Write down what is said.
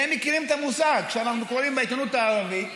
והם מכירים את המושג שאנחנו קוראים בעיתונות הערבית.